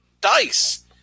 dice